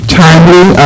timely